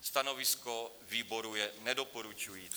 Stanovisko výboru je nedoporučující.